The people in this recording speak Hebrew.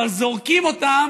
אבל זורקים אותם